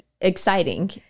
exciting